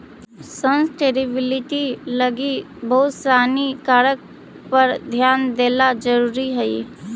sustainability लगी बहुत सानी कारक पर ध्यान देला जरुरी हई